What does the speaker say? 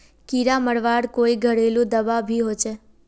कीड़ा मरवार कोई घरेलू दाबा भी होचए?